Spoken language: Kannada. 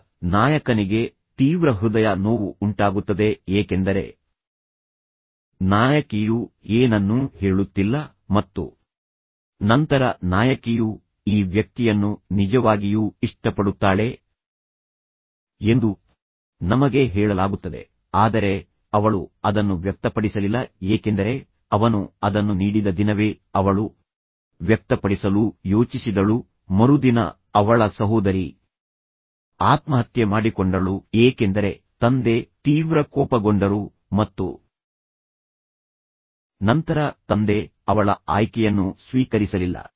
ಈಗ ನಾಯಕನಿಗೆ ತೀವ್ರ ಹೃದಯ ನೋವು ಉಂಟಾಗುತ್ತದೆ ಏಕೆಂದರೆ ನಾಯಕಿಯು ಏನನ್ನೂ ಹೇಳುತ್ತಿಲ್ಲ ಮತ್ತು ನಂತರ ನಾಯಕಿಯು ಈ ವ್ಯಕ್ತಿಯನ್ನು ನಿಜವಾಗಿಯೂ ಇಷ್ಟಪಡುತ್ತಾಳೆ ಎಂದು ನಮಗೆ ಹೇಳಲಾಗುತ್ತದೆ ಆದರೆ ಅವಳು ಅದನ್ನು ವ್ಯಕ್ತಪಡಿಸಲಿಲ್ಲ ಏಕೆಂದರೆ ಅವನು ಅದನ್ನು ನೀಡಿದ ದಿನವೇ ಅವಳು ವ್ಯಕ್ತಪಡಿಸಲು ಯೋಚಿಸಿದಳು ಮರುದಿನ ಅವಳ ಸಹೋದರಿ ಆತ್ಮಹತ್ಯೆ ಮಾಡಿಕೊಂಡಳು ಏಕೆಂದರೆ ತಂದೆ ತೀವ್ರ ಕೋಪಗೊಂಡರು ಮತ್ತು ನಂತರ ತಂದೆ ಅವಳ ಆಯ್ಕೆಯನ್ನು ಸ್ವೀಕರಿಸಲಿಲ್ಲ